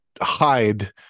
hide